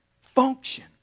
Function